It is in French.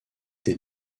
des